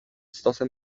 stosem